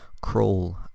crawl